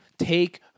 Take